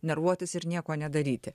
nervuotis ir nieko nedaryti